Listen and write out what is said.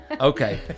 Okay